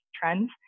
trends